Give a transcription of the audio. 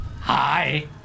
Hi